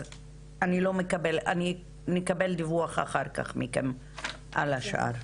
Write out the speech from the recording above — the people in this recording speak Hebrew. אז נקבל אחר כך דיווח מכם על השאר.